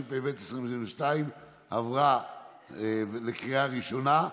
התשפ"ב 2022, עברה בקריאה ראשונה.